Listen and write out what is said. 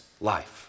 life